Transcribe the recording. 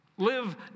Live